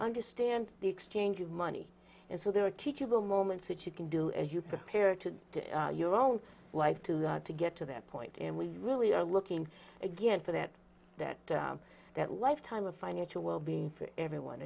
understand the exchange of money and so there are teachable moments that you can do as you prepare to do your own life to live to get to that point and we really are looking again for that that that lifetime of financial well being for everyone